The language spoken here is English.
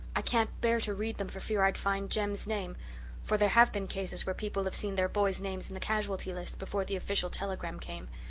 i can't bear to read them for fear i'd find jem's name for there have been cases where people have seen their boys' names in the casualty lists before the official telegram came.